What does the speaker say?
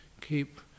keep